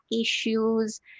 issues